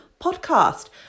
Podcast